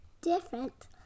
different